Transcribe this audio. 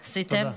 תודה.